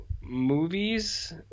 movies